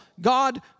God